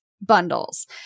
bundles